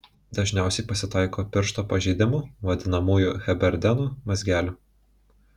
dažniausiai pasitaiko piršto pažeidimų vadinamųjų heberdeno mazgelių